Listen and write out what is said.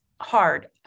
hard